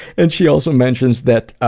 and she also mentions that